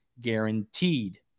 guaranteed